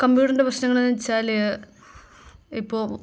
കംപ്യൂട്ടറിൻ്റെ പ്രശ്നങ്ങൾ വെച്ചാൽ ഇപ്പോൾ